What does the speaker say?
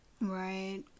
Right